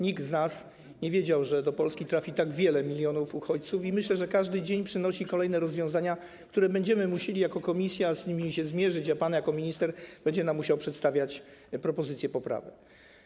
Nikt z nas nie wiedział, że do Polski trafi tak wiele milionów uchodźców, i myślę, że każdy dzień przynosi kolejne rozwiązania, z którymi jako komisja będziemy musieli się zmierzyć, a pan jako minister będzie nam musiał przedstawiać propozycje poprawek.